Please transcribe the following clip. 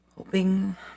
Hoping